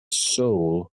soul